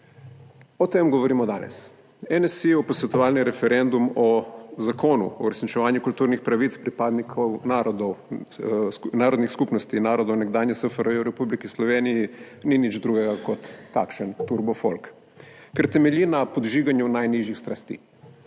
danes govorimo. NSi-jev posvetovalni referendum o Zakonu o uresničevanju kulturnih pravic pripadnikov narodnih skupnosti narodov nekdanje SFRJ v Republiki Sloveniji ni nič drugega kot takšen turbo folk, ker temelji na podžiganju najnižjih strasti,